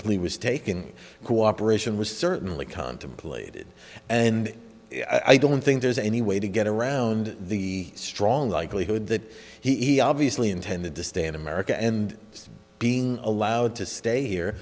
plea was taken cooperation was certainly contemplated and i don't think there's any way to get around the strong likelihood that he obviously intended to stay in america and being allowed to stay here